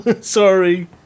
Sorry